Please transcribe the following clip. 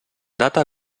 data